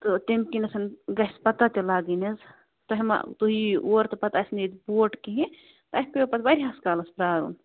تہٕ تمہِ کِنَتھ گَژھِ پتہٕ تَتہِ تُہۍ ما تُہۍ یِیو اور تہٕ پتہٕ آسہِ نہٕ ییٚتہِ بوٹ کِہیٖنۍ اَسہِ پیو پتہٕ وارِیاہس کالس پیارُن